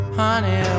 honey